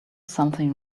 something